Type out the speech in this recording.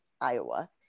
Iowa